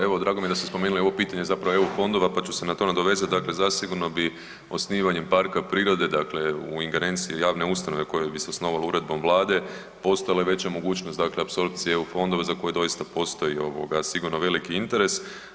Evo drago mi je da ste spomenuli ovo pitanje zapravo EU fondova pa ću se na to nadovezati dakle zasigurno bi osnivanjem parka prirode dakle u ingerenciji javne ustanove koja bi se osnovala uredbom Vlade postojala i veća mogućnost dakle apsorpcije EU fondova za koje doista postoji ovoga sigurno veliki interes.